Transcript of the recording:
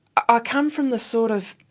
ah come from the sort of